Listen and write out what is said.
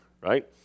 right